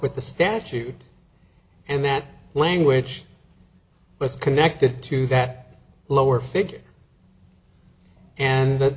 with the statute and that language was connected to that lower figure and the